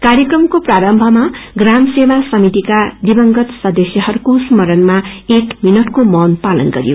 कार्यक्रमको प्रारम्भमा प्राम सेवा समितिका दिवंगत सदस्यहरूको स्मरणमा एक मिनटको मौन पालन गरियो